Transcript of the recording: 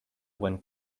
when